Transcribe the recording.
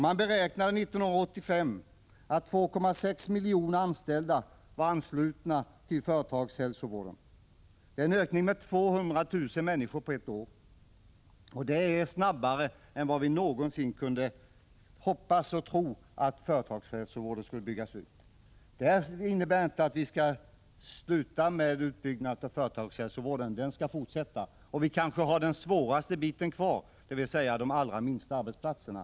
Man beräknar att 1985 var 2,6 miljoner anställda anslutna till företagshälsovården. Det är en ökning med 200 000 människor på ett år. Utbyggnaden har gått snabbare än vad vi någonsin kunde hoppas och tro. Det här innebär inte att vi skall sluta bygga ut företagshälsovården. Den utbyggnaden skall fortsätta, och vi har kanske den svåraste biten kvar, nämligen de allra minsta arbetsplatserna.